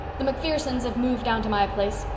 the macphersons have moved down to my place.